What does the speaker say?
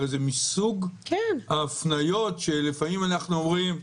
הרי זה מסוג ההפניות שלפעמים אנחנו אומרים: